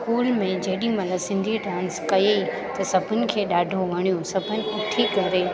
school में जेॾीमहिल Sindhi dance कयईं सभनीनि खे ॾाढो वणियो सभनीनि उथी करे